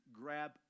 grab